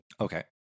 Okay